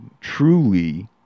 truly